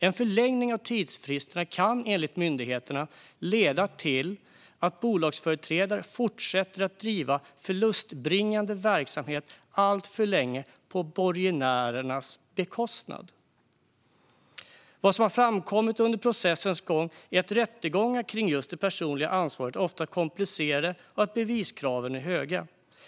En förlängning av tidsfristerna kan enligt myndigheterna leda till att bolagsföreträdare fortsätter att driva en förlustbringande verksamhet alltför länge på borgenärernas bekostnad. Under processens gång har det framkommit att rättegångar kring just det personliga ansvaret ofta är komplicerade och att beviskraven är höga.